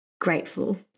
grateful